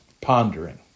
pondering